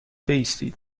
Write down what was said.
بایستید